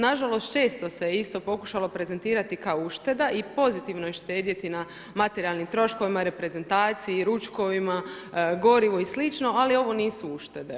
Nažalost …/Govornik se ne razumjeli./… se isto pokušalo prezentirati kao ušteda i pozitivno je štedjeti na materijalnim troškovima, reprezentaciji, ručkovima, gorivu i slično, ali ovo nisu uštede.